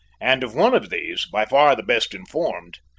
and of one of these, by far the best informed,